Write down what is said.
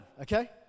okay